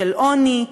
של עוני,